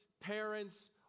parents